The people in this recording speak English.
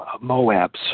Moab's